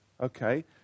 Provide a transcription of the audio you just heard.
Okay